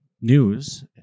news